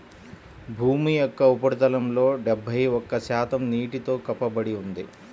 భూమి యొక్క ఉపరితలంలో డెబ్బై ఒక్క శాతం నీటితో కప్పబడి ఉంది